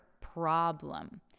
problem